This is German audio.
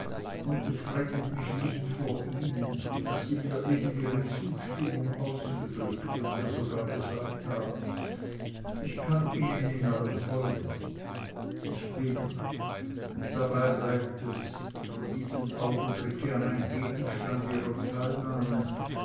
und es rettet mich nicht vor ihnen daß sie mir eben ihre zustimmung ausgedrückt und mir sogar gesagt haben ich kann ihnen in allem folgen ich bin und dabei bleibt es von diesem augenblick an ein gegenstand ihrer teilnahme